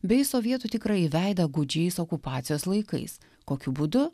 bei sovietų tikrąjį veidą gūdžiais okupacijos laikais kokiu būdu